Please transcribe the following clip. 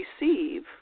receive